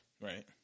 right